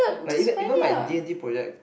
like even even my D-and-T project